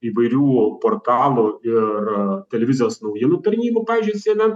įvairių portalų ir televizijos naujienų tarnybų pavyzdžiui cnn